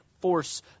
force